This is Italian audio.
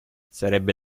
sarebbe